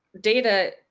data